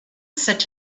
such